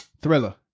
Thriller